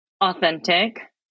Authentic